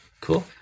Cool